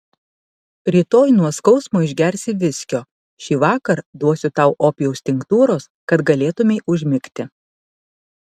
rytoj nuo skausmo išgersi viskio šįvakar duosiu tau opijaus tinktūros kad galėtumei užmigti